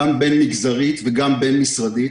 גם בין-מגזרית וגם בין-משרדית,